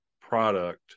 product